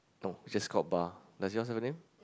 no just called bar does yours have a name